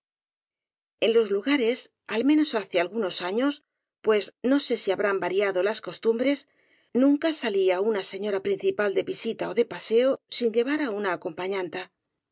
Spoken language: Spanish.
en los lugares al menos hace algunos años pues no sé si habrán variado las costumbres nunca salía una señora principal de visita ó de paseo sin llevar á una acompañanta